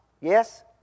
Yes